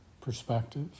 perspective